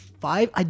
Five